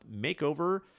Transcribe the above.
makeover